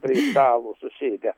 prie stalo susėdę